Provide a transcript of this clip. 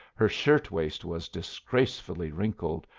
her shirt-waist was disgracefully wrinkled,